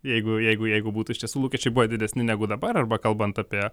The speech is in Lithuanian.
jeigu jeigu jeigu būtų iš tiesų lūkesčiai buvo didesni negu dabar arba kalbant apie